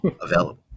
available